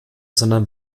sondern